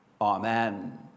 Amen